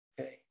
Okay